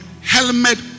Helmet